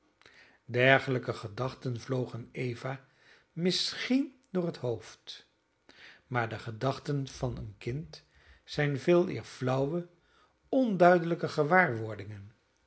dergelijke gedachten vlogen eva misschien door het hoofd maar de gedachten van een kind zijn veeleer flauwe onduidelijke gewaarwordingen